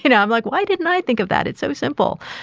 you know i'm like, why didn't i think of that? it's so simple.